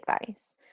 advice